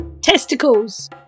Testicles